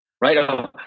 right